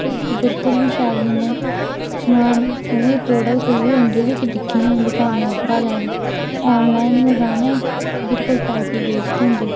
ते ओह् बिल्कुल बी शैल नेई ऐ समान उ'ऐ प्रोडक्ट उ'ऐ होंदे जेह्ड़े दिक्खने होने दकानें पर लैने आनलाईन मंगाने बिल्कुल पैसे वेसट होंदे